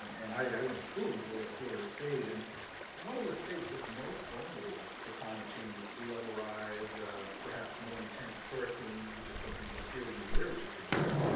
um and i went to school in florida, florida state, and one of the states that's most vulnerable to climate change is sea-level rise, perhaps more intense hurricanes, which is something the the peer-reviewed literature, suggests.